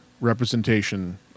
representation